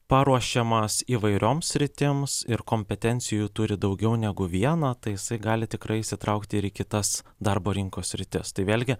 paruošiamas įvairioms sritims ir kompetencijų turi daugiau negu vieną tai jisai gali tikrai įsitraukti ir į kitas darbo rinkos sritis tai vėlgi